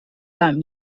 دارم